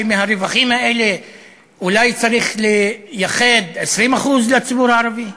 שמהרווחים האלה אולי צריך לייחד 20% לציבור הערבי?